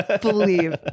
Believe